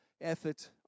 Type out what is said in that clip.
effort